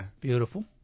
Beautiful